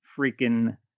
freaking